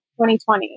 2020